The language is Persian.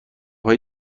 های